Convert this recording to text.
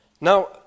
Now